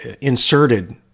inserted